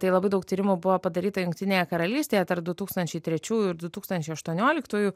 tai labai daug tyrimų buvo padaryta jungtinėje karalystėje tarp du tūkstančiai trečiųjų du tūkstančiai aštuonioliktųjų